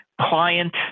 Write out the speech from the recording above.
client